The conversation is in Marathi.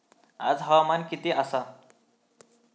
आज हवामान किती आसा?